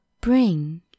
bring